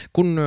Kun